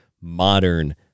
modern